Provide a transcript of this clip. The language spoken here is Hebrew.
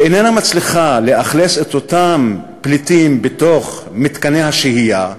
שאיננה מצליחה להכניס את אותם פליטים לתוך מתקני השהייה,